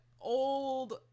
old